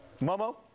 Momo